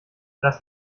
das